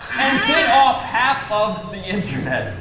and bit off half of the internet.